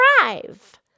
Drive